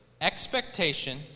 expectation